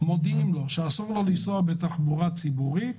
מודיעים לאדם שאסור לו לנסוע בתחבורה ציבורית,